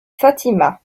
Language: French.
fatima